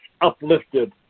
uplifted